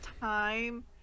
time